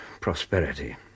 prosperity